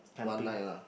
one night ah